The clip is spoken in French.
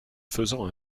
faisant